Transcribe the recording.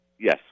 Yes